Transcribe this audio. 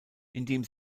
indem